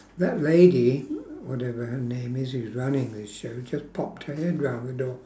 that lady whatever her name is she's running this show just popped her head round the door